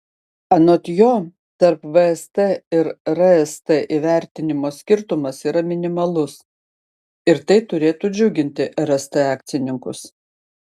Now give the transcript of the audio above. anot jo tarp vst ir rst įvertinimo skirtumas yra minimalus ir tai turėtų džiuginti rst akcininkus